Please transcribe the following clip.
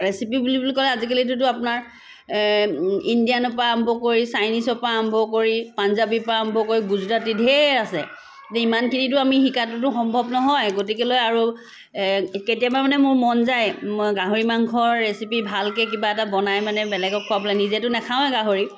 recipe বুলি ক'লে আজিকালিটোতো আপোনাৰ ইণ্ডিয়ানৰ পৰা আৰম্ভ কৰি চাইনিছৰ পৰা আৰম্ভ কৰি পাঞ্জাৱী পৰা আৰম্ভ কৰি গুজৰাটী ধেৰ আছে কিন্তু ইমানখিনিতো আমি শিকাটোতো সম্ভৱ নহয় গতিকেলৈ আৰু কেতিয়াবা মানে মোৰ মন যায় মই গাহৰি মাংস ৰেচিপি ভালকৈ কিবা এটা বনাই মানে বেলেগক খোৱাবলৈ নিজেতো নাখাওয়ে গাহৰি